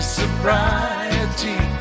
sobriety